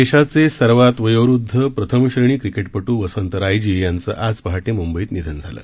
देशाचे सर्वात वयोवृद्ध प्रथमश्रेणी क्रिकेटपट्र वसंत रायजी यांचं आज पहाटे मुंबईत निधन झालं